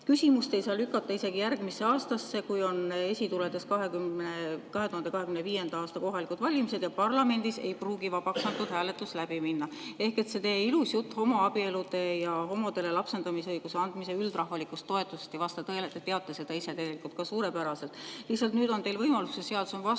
"Küsimust ei saa lükata isegi järgmisse aastasse, kui on esituledes 2025. aasta kohalikud valimised ja parlamendis ei pruugi vabaks antud hääletus läbi minna." Ehk siis see teie ilus jutt homoabielude ja homodele lapsendamisõiguse andmise üldrahvalikust toetusest ei vasta tõele, te teate seda tegelikult ise ka suurepäraselt. Lihtsalt nüüd on teil võimalus – see seadus on vastu